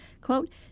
quote